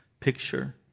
picture